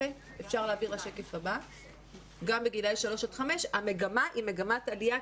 גם בגילאי 3 5 המגמה היא מגמת עלייה,